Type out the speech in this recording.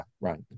right